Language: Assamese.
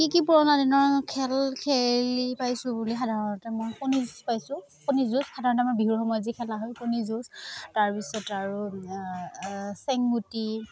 কি কি পুৰণা দিনৰ খেল খেলি পাইছোঁ বুলি সাধাৰণতে মই কণীযুঁজ পাইছোঁ কণীযুঁজ সাধাৰণতে আমাৰ বিহুৰ সময়ত যি খেলা হয় কণীযুঁজ তাৰ পিছত আৰু চেংগুটি